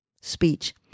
speech